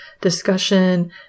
discussion